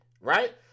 right